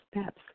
steps